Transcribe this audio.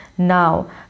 Now